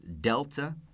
Delta